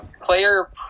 player